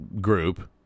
group